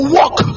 walk